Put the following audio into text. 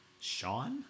Sean